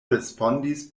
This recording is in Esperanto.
respondis